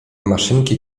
maszynki